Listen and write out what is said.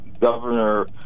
governor